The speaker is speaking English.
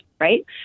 right